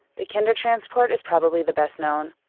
the kindertransport is probably the best known.